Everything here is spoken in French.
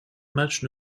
match